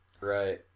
Right